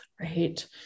right